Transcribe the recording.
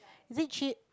is it cheap